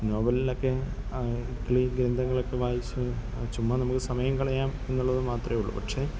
നോവലിലൊക്കെ ഗ്രന്ധങ്ങളൊക്കെ വായിച്ചും ചുമ്മാ നമുക്ക് സമയം കളയാം എന്നുള്ളത് മാത്രമേ ഉള്ളു പക്ഷേ